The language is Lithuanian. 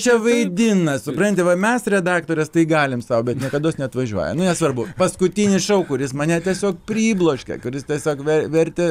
čia vaidina supranti mes redaktorės tai galim sau bet niekados neatvažiuoja nu nesvarbu paskutinis šou kuris mane tiesiog pribloškė kuris tiesiog ver vertė